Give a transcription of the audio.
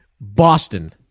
Boston